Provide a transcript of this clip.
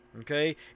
Okay